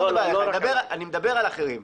אני מדבר על אחרים.